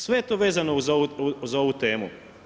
Sve je to vezano uz ovu temu.